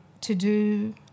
to-do